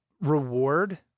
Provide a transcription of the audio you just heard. reward